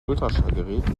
ultraschallgerät